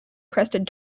crested